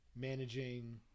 managing